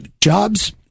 jobs